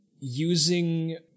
using